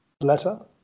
letter